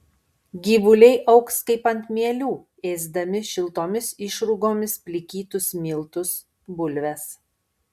gyvuliai augs kaip ant mielių ėsdami šiltomis išrūgomis plikytus miltus bulves